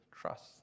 trust